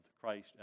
Christ